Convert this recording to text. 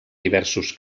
diversos